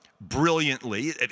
brilliantly